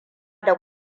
da